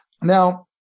Now